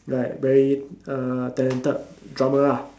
like very uh talented drummer ah